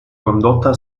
condotta